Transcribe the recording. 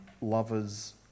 lovers